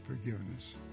forgiveness